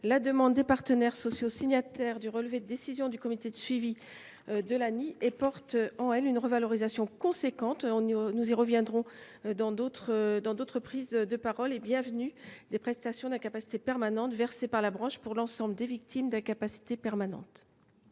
la demande des partenaires sociaux signataires du relevé de décision du comité de suivi de l’ANI. Il permet une revalorisation importante – nous y reviendrons ultérieurement – et bienvenue des prestations d’incapacité permanente versées par la branche à l’ensemble des victimes d’incapacité permanente.